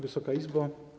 Wysoka Izbo!